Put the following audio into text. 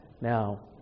Now